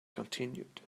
continued